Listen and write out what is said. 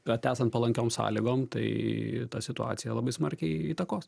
kad esant palankiom sąlygom tai ta situacija labai smarkiai įtakos